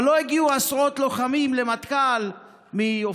אבל לא הגיעו עשרות לוחמים לסיירת מטכ"ל מאופקים,